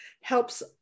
helps